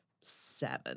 seven